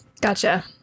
Gotcha